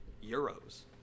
Euro's